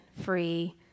free